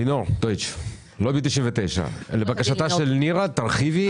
לינור דויטש, לובי 99. לבקשתה של נירה תרחיבי,